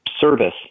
service